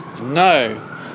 No